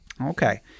Okay